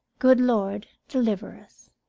good lord, deliver us